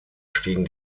stiegen